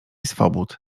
swobód